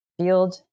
field